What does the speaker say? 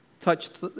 touched